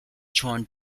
john